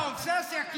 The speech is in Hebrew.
זאת אובססיה, אובססיה.